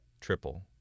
triple